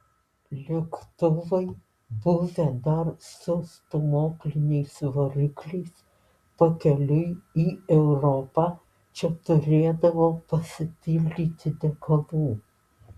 lėktuvai buvę dar su stūmokliniais varikliais pakeliui į europą čia turėdavo pasipildyti degalų